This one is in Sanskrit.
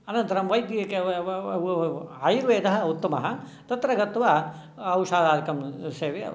अननन्तरं वैद्य आयुर्वेदः उत्तमः तत्र गत्त्वा औषधाधिकं सेव्यम्